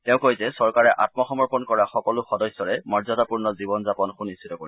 তেওঁ কয় যে চৰকাৰে আম্মসমৰ্পণ কৰা সকলো সদস্যৰে মৰ্যাদাপূৰ্ণ জীৱন যাপন সুনিশ্চিত কৰিব